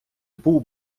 був